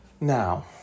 Now